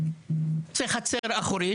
שזו החצר האחורית,